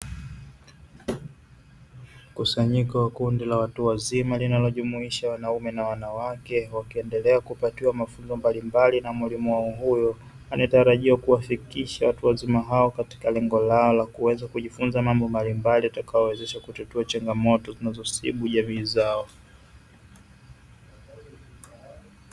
Mkusanyiko wa kundi la watu wazima linalojumuisha wanaume na wanawake, wakiendelea kupatiwa mafunzo mbalimbali na mwalimu wao huyo; anayetarajiwa kuwafikisha watu wazima hao katika lengo lao la kuweza kujifunza mambo mbalimabli yatakayowezesha kutatua changamoto zinazosibu jamii zao.